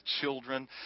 children